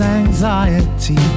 anxiety